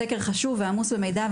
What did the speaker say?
הסקר חשוב ועמוס במידע,